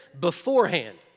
Beforehand